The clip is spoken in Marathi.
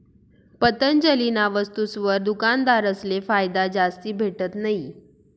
पतंजलीना वस्तुसवर दुकानदारसले फायदा जास्ती भेटत नयी